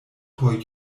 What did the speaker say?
por